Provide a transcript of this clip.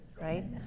right